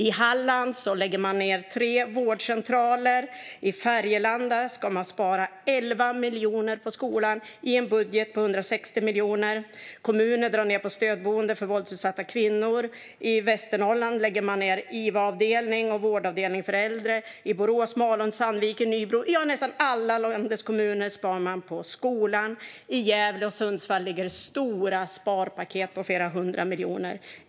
I Halland lägger man ned tre vårdcentraler, och i Färgelanda ska man spara 11 miljoner på skolan i en budget på 160 miljoner. Kommuner drar ned på stödboenden för våldsutsatta kvinnor. I Region Västernorrland lägger man ned iva-avdelning och vårdavdelning för äldre. I Borås, Malung, Sandviken, Nybro, ja, i nästan alla landets kommuner sparar man på skolan. I Gävle och Sundsvall ligger stora sparpaket på flera hundra miljoner.